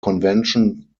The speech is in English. convention